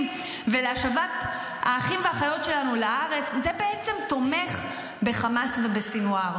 ולהשבת האחים והאחיות שלנו לארץ בעצם תומכת בחמאס ובסנוואר,